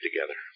together